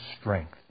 strength